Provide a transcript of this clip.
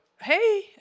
Hey